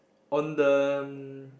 on the